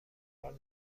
آور